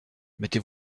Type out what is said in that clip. mettez